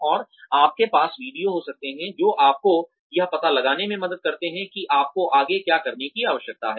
और आपके पास वीडियो हो सकते हैं जो आपको यह पता लगाने में मदद करते हैं कि आपको आगे क्या करने की आवश्यकता है